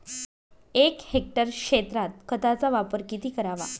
एक हेक्टर क्षेत्रात खताचा वापर किती करावा?